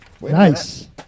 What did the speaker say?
Nice